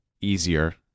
easier